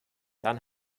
dann